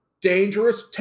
Dangerous